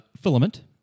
filament